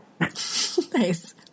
Nice